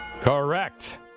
Correct